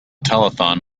telethon